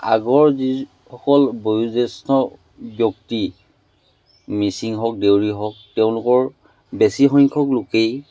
আগৰ যিসকল বয়োজ্যেষ্ঠ ব্যক্তি মিচিং হওক দেউৰী হওক তেওঁলোকৰ বেছি সংখ্যক লোকেই